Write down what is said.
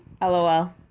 lol